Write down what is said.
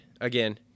again